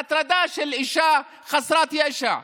הטרדה של אישה חסרת ישע.